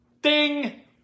Ding